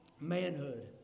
manhood